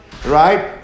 Right